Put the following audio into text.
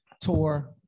tour